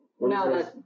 No